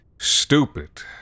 stupid